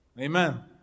Amen